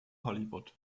hollywood